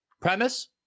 Premise